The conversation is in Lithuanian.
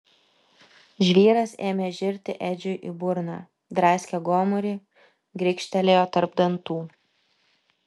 žvyras ėmė žirti edžiui į burną draskė gomurį grikštelėjo tarp dantų